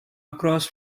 across